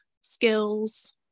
skills